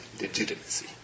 legitimacy